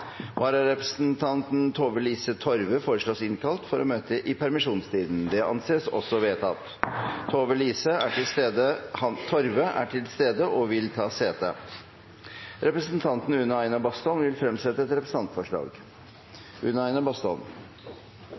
Vararepresentanten Tove Lise Torve foreslås innkalt for å møte i permisjonstiden. – Det anses vedtatt. Tove Lise Torve er til stede og vil ta sete. Representanten Une Aina Bastholm vil fremsette et representantforslag.